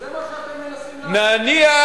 וזה מה שאתם מנסים לעשות, נניח,